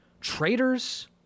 traitors